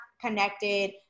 connected